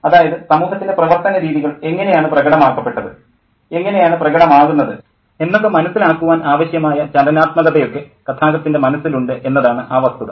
അതായത് സമൂഹത്തിൻ്റെ പ്രവർത്തനരീതികൾ എങ്ങനെയാണ് പ്രകടമാക്കപ്പെട്ടത് എങ്ങനെയാണത് പ്രകടമാകുന്നത് എന്നൊക്കെ മനസ്സിലാക്കുവാൻ ആവശ്യമായ ചലനാത്മകതയൊക്കെ കഥാകൃത്തിൻ്റെ മനസ്സിലുണ്ട് എന്നതാണ് ആ വസ്തുത